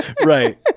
Right